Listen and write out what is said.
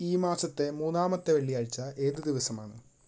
ഈ മാസത്തെ മൂന്നാമത്തെ വെള്ളിയാഴ്ച ഏതു ദിവസമാണ്